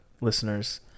listeners